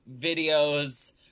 videos